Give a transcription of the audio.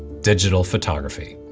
digital photography.